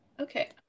okay